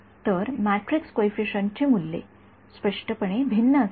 तर matrix coefficient ची मूल्ये स्पष्टपणे भिन्न असतील